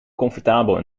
comfortabel